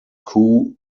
coup